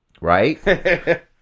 Right